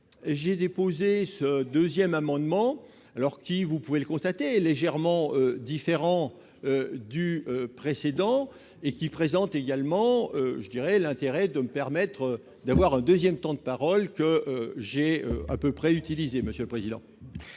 j'ai déposé cet amendement qui, vous pouvez le constater, est légèrement différent du précédent et présente l'intérêt de me permettre d'avoir un nouveau temps de parole que j'ai à peu près utilisé, monsieur le président.